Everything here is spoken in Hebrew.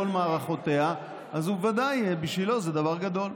מערכותיה אז ודאי שבשבילו זה דבר גדול.